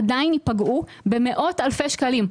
עדיין ייפגעו במאות אלפי שקלים.